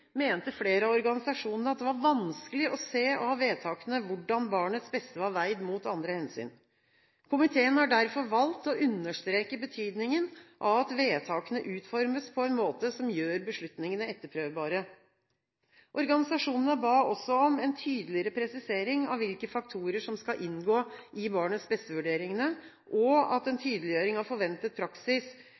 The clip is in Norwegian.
mente flere av organisasjonene at det var vanskelig å se av vedtakene hvordan barnets beste var veid mot andre hensyn. Komiteen har derfor valgt å understreke betydningen av at vedtakene utformes på en måte som gjør beslutningene etterprøvbare. Organisasjonene ba også om en tydeligere presisering av hvilke faktorer som skal inngå i barnets beste-vurderingene, og at en tydeliggjøring av forventet praksis,